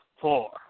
four